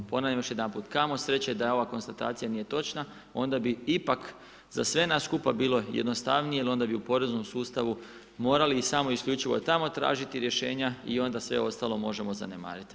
Ponavljam još jedanput, kamo sreće da ova konstatacija nije točna onda bi ipak za sve nas skupa bilo jednostavnije jer onda bi u poreznom sustavu morali i samo isključivo tamo tražiti rješenja i onda sve ostalo možemo zanemariti.